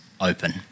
open